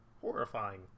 horrifying